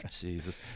Jesus